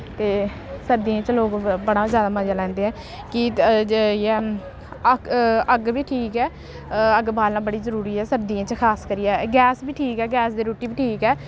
ते सर्दियें च लोग बड़ा जैदा मजा लैंदे ऐ कि अग्ग बी ठीक ऐ अग्ग बालना बड़ी जरूरी ऐ सर्दियें च खास करियै गैस बी ठीक ऐ गैस दी रुट्टी बी ठीक ऐ